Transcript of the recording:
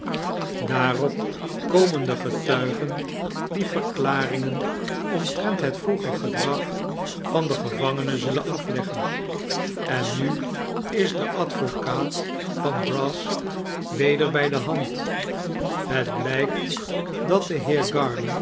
daarop komen de getuigen die verklaringen omtrent het vroeger gedrag van den gevangene zullen afleggen en nu is de advocaat van brass weder bij de hand het blijkt dat de